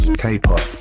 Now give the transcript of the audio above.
K-pop